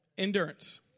Endurance